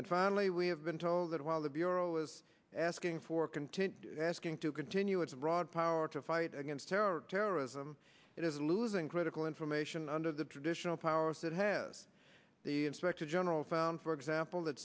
and finally we have been told that while the bureau is asking for continue asking to continue its broad power to fight against terror terrorism it is losing critical information under the traditional powers that has the inspector general found for example that